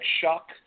Shock